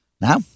Now